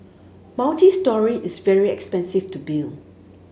multistory is very expensive to build